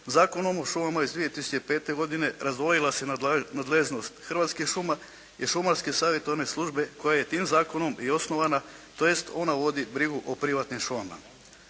Zakonom o šumama iz 2005. godine razdvojila se nadležnost hrvatskih šuma i Šumarske savjetodavne službe koja je tim zakonom i osnovama, tj. ona vodi brigu o privatnim šumama.